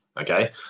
Okay